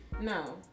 No